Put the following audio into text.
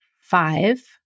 five